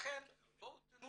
לכן בואו תנו